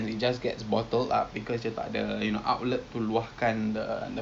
I think you know the COVID and the circumstances has pushed us to you know venture